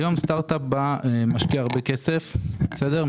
היום סטארט אפ בא ומשקיע הרבה כסף בסדר?